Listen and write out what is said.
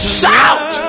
shout